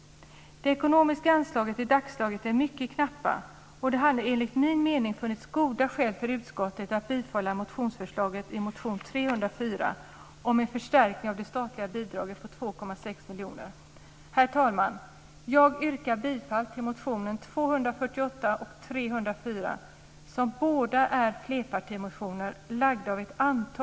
De ekonomiska anslagen i dagsläget är mycket knappa, och det hade enligt min mening funnits goda skäl för utskottet att bifalla förslaget i motion Kr304 Herr talman! Jag yrkar bifall till motionerna